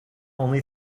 only